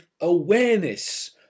awareness